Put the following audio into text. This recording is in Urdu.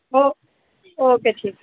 او اوکے ٹھیک ہے